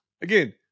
again